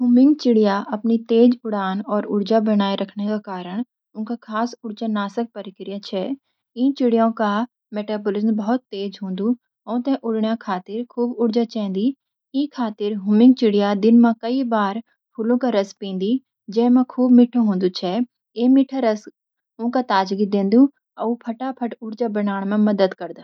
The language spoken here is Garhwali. हुम्मिंगचिड़िया अपनी तेज़ उड़ान और ऊर्जा बनाए रखने का कारण उन्नका खास उर्जा नाशक प्रक्रिया छै। इन चिड़ियों का मेटाबोलिज्म बहौत तेज़ होन्दो, अऊ तें उड़ण्या खतिर खूब ऊर्जा चाहन्दी। ई ख़ातीर हुम्मिंगचिड़ी दिन में कई बार फूलां का रस पिण्दी, जे में खूब मीठा होन्दो छै। ऐ मीठो रस उंका ताजगी देन्दो, अऊ फटाफट ऊर्जा बनाँण में मदद करदा।